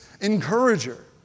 encourager